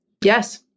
Yes